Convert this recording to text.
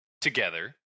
together